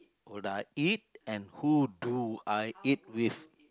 or do I eat and who do I eat with